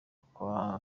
kwa